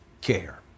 care